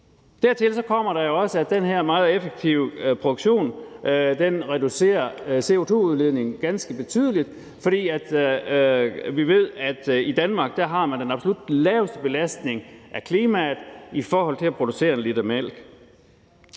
Dertil kommer der jo også, at den her meget effektive produktion reducerer CO2-udledningen ganske betydeligt, for vi ved, at man i Danmark har den absolut laveste belastning af klimaet i forhold til at producere en liter mælk.